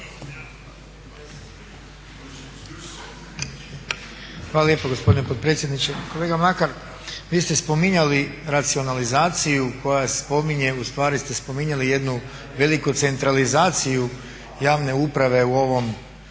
Hvala lijepo gospodine potpredsjedniče. Kolega Mlakar, vi ste spominjali racionalizaciju koja se spominje, ustvari ste spominjali jednu veliku centralizaciju javne uprave u ovom